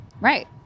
Right